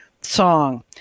song